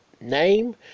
name